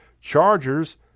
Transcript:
Chargers